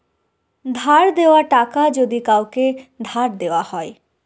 ধার দেওয়া টাকা যদি কাওকে ধার দেওয়া হয়